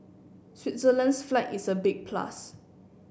Switzerland's flag is a big plus